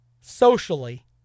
socially